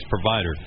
provider